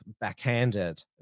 backhanded